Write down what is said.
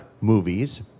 movies